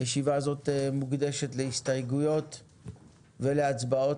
הישיבה הזאת מוקדשת להסתייגויות ולהצבעות,